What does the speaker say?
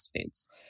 foods